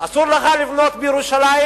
אסור לך לבנות בירושלים,